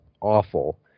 awful